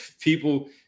people